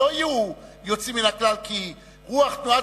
לא יהיו יוצאים מן הכלל כי רוח תנועת